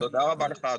תודה רבה לך אדוני.